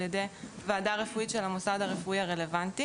ידי ועדה רפואית של המוסד הרפואי הרלוונטי,